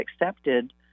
accepted